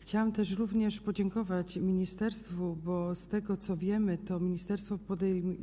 Chciałam również podziękować ministerstwu, bo z tego, co wiemy, ministerstwo